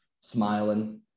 smiling